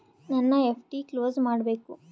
ನನ್ನ FD close ಮಾಡಬೇಕು